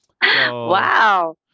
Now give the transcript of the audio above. Wow